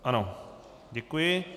Ano, děkuji.